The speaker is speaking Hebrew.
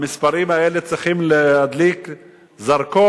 המספרים האלה צריכים להדליק זרקור,